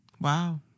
Wow